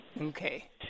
Okay